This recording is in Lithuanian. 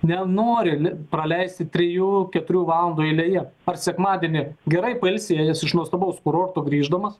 nenori praleisti trijų keturių valandų eilėje ar sekmadienį gerai pailsėjęs iš nuostabaus kurorto grįždamas